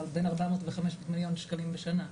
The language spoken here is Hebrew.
בין 400 ו-500 מיליון שקלים בשנה.